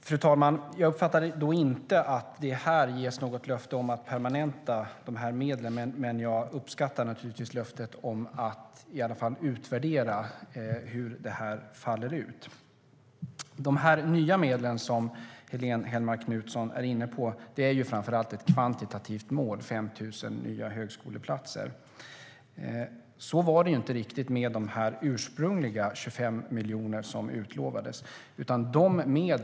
Fru talman! Jag uppfattade inte att det här ges något löfte om att permanenta dessa medel, men jag uppskattar naturligtvis löftet om att i alla fall utvärdera hur de faller ut. De nya medel som Helene Hellmark Knutsson talar om gäller framför allt ett kvantitativt mål om 5 000 nya högskoleplatser. Så var det ju inte riktigt med de 25 miljoner som ursprungligen utlovades.